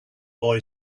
boy